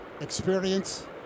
experience